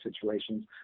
situations